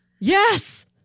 Yes